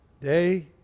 day